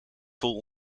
vol